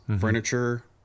furniture